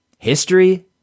History